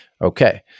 okay